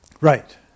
Right